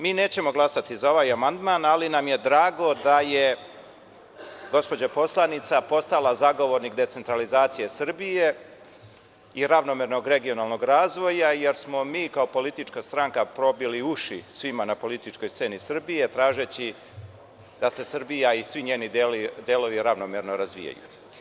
Mi nećemo glasati za ovaj amandman, ali nam je drago da je gospođa poslanica postala zagovornik decentralizacije Srbije i ravnomernog regionalnog razvoja, jer smo mi kao politička stranka probili uši svima na političkoj sceni Srbije tražeći da se Srbija i svi njeni delovi ravnomerno razvijaju.